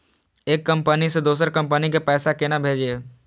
एक कंपनी से दोसर कंपनी के पैसा केना भेजये?